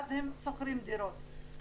ואז הם שוכרים דירות.